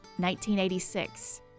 1986